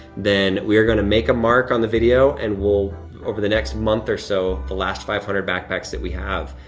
then we are going to make a mark on the video and we'll over the next month or so, the last five hundred backpacks that we have.